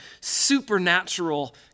supernatural